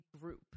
group